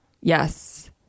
Yes